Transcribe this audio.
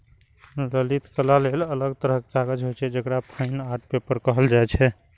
ललित कला लेल अलग तरहक कागज होइ छै, जेकरा फाइन आर्ट पेपर कहल जाइ छै